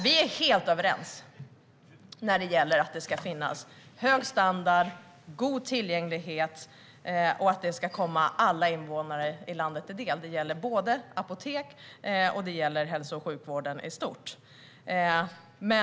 Vi är helt överens när det gäller att det ska finnas hög standard och god tillgänglighet och att det ska komma alla invånare i landet till del. Detta gäller både apotek och hälso och sjukvården i stort.